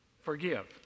forgive